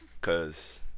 Cause